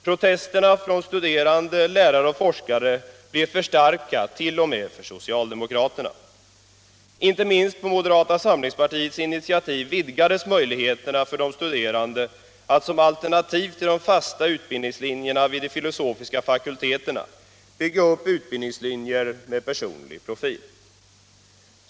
Protesterna från studerande, lärare och forskare blev för starka t.o.m. för socialdemokratin. Inte minst på moderata samlingspartiets initiativ vidgades möjligheterna för de studerande att som alternativ till de fasta utbildningslinjerna vid de filosofiska fakulteterna bygga upp utbildningslinjer med personlig profil.